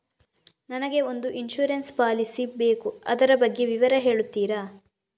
ನನಗೆ ಒಂದು insurance policy ಬೇಕು ಅದರ ಬಗ್ಗೆ ವಿವರಿಸಿ ಹೇಳುತ್ತೀರಾ?